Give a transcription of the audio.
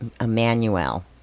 Emmanuel